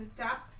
top